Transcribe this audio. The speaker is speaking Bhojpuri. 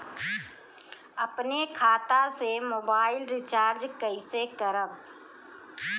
अपने खाता से मोबाइल रिचार्ज कैसे करब?